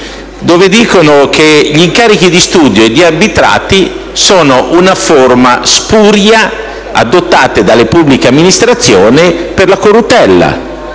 si legge che gli incarichi di studio e gli arbitrati sono forme spurie adottate dalle pubbliche amministrazioni per la corruttela.